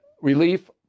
relief